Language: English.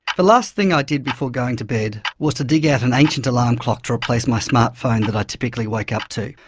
the last thing i did before going to bed was to dig out an ancient alarm clock to replace my smart phone that i typically wake up to.